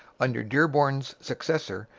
under dearborn's successor,